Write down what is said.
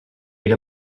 era